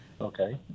Okay